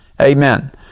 Amen